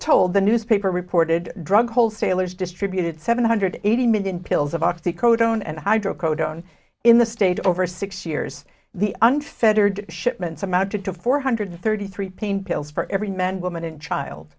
told the newspaper reported drug wholesalers distributed seven hundred eighty million pills of oxy code own and hydrocodone in the state over six years the unfettered shipments amounted to four hundred thirty three pain pills for every man woman and child